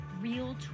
real